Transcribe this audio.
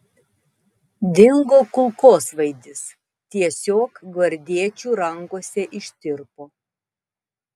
dingo kulkosvaidis tiesiog gvardiečių rankose ištirpo